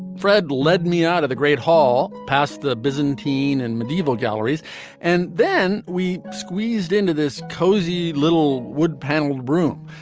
fred led me out of the great hall pass the byzantine and medieval galleries and then we squeezed into this cozy little wood paneled room.